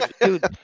Dude